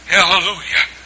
Hallelujah